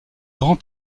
grand